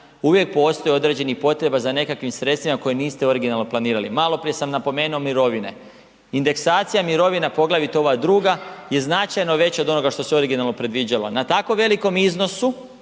uvijek postoji određenih potreba za nekakvim sredstvima koje niste originalno planirali. Maloprije sam napomenuo mirovine. Indeksacija mirovina, poglavito ova druga je značajno veća od onoga što se originalno predviđalo. Na tako velikom iznosu,